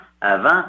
avant